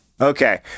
Okay